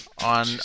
On